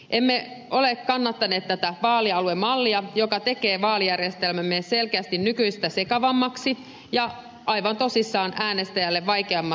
emme ole kannattaneet tätä vaalialuemallia joka tekee vaalijärjestelmämme selkeästi nykyistä sekavammaksi ja aivan tosissaan äänestäjälle vaikeammin ymmärrettäväksi